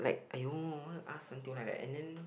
!aiyo! why you ask until like that and then